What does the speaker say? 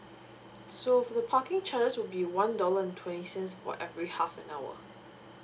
so for the parking charges will be one dollar and twenty cents for every half an hour